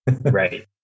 Right